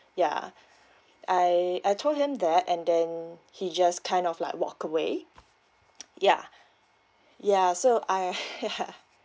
ya I I told him that and then he just kind of like walked away yeah ya so I